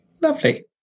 Lovely